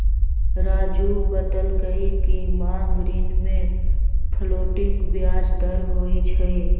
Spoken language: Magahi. राज़ू बतलकई कि मांग ऋण में फ्लोटिंग ब्याज दर होई छई